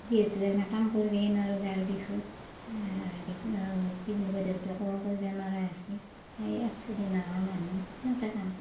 যিহেতু এনে কাম কৰিবই নোৱাৰোঁ গাৰ বিষত কি বুলি কয় দেউতাকো কৰিব নোৱাৰা হৈছে সেয়েহে এক্সিডেণ্ট হোৱা মানুহ কেনেকে কাম কৰিব